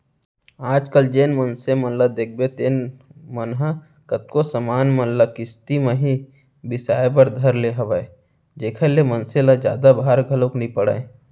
आज कल जेन मनसे मन ल देखबे तेन मन ह कतको समान मन ल किस्ती म ही बिसाय बर धर ले हवय जेखर ले मनसे ल जादा भार घलोक नइ पड़य